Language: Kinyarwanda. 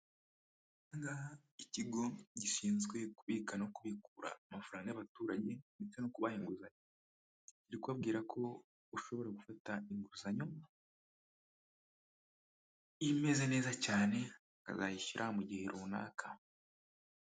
Ikigo gishinzwe kubika no kubikura amafaranga y'abaturage ndetse no kubaha inguzanyo jyakubwira ko ushobora gufata inguzanyo imeze neza cyane akazayishyira mu gihe runaka.